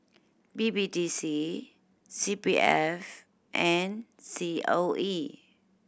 B B D C C P F and C O E